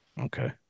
Okay